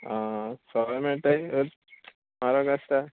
आं सोवाय मेळटाय वो म्हारग आसताय